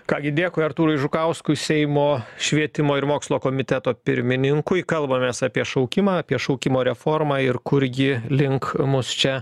ką gi dėkui artūrui žukauskui seimo švietimo ir mokslo komiteto pirmininkui kalbamės apie šaukimą apie šaukimo reformą ir kur ji link mus čia